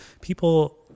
people